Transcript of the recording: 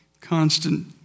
constant